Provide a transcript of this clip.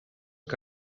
que